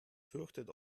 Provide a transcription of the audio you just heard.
fürchtet